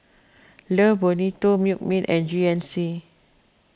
Love Bonito Milkmaid and G N C